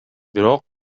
бирок